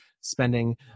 spending